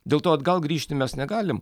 dėl to atgal grįžti mes negalim